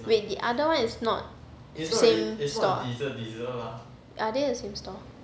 wait the other one is not same store ah are they the same store